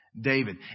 David